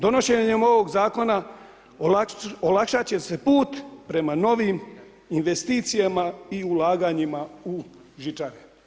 Donošenjem ovog zakona olakšati će se put prema novim investicijama i ulaganjima u žičare.